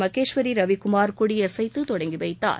மகேஷ்வரி ரவிக்குமார் கொடியசைத்து தொடங்கி வைத்தார்